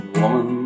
woman